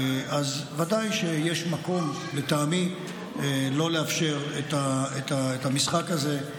אז ודאי שיש מקום, לטעמי, לא לאפשר את המשחק הזה.